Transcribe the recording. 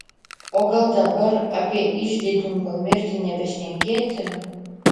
o gal dabar apie iždininko mirtį nebešnekėti